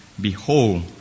Behold